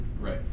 right